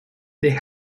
they